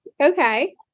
okay